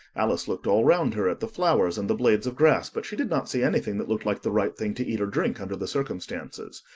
alice looked all round her at the flowers and the blades of grass, but she did not see anything that looked like the right thing to eat or drink under the circumstances.